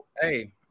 hey